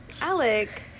Alec